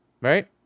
Right